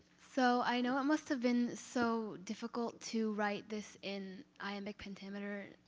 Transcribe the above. so i know it must have been so difficult to write this in iambic pentameter,